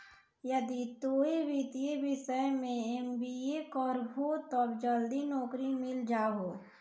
यदि तोय वित्तीय विषय मे एम.बी.ए करभो तब जल्दी नैकरी मिल जाहो